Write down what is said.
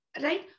right